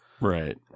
Right